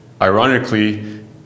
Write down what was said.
ironically